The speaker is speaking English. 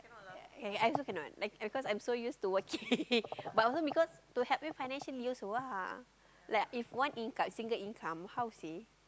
ya ya I also cannot like because I'm so used to working but also because to help you financially also ah like if one income single income how say